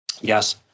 Yes